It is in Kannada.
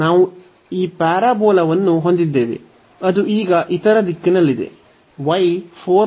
ನಾವು ಈ ಪ್ಯಾರಾಬೋಲಾವನ್ನು ಹೊಂದಿದ್ದೇವೆ ಅದು ಈಗ ಇತರ ದಿಕ್ಕಿನಲ್ಲಿದೆ